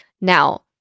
Now